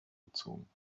gezogen